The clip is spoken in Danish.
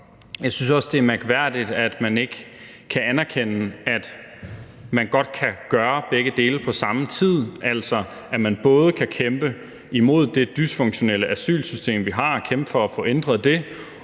Jeg synes også, det er mærkværdigt, at man ikke kan anerkende, at man godt kan gøre begge dele på samme tid, altså at man både kan kæmpe imod det dysfunktionelle asylsystem, vi har, kæmpe for at få ændret det,